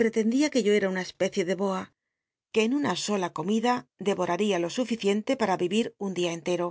pretendía iuc yo era una especie de boa que en una sola comida deroraria lo suficiente para un día entcr'o